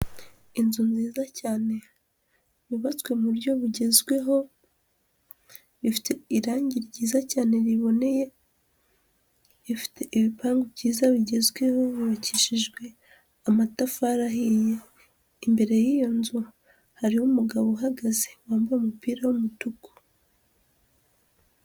Inzu nziza cyane yubatswe mu buryo bugezweho, ifite irangi ryiza cyane riboneye, ifite ibipangu byiza bigezweho, yubakishijwe amatafari ahiye, imbere y'iyo nzu hariho umugabo uhagaze wambaye umupira w'umutuku.